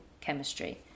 chemistry